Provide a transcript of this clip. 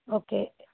okay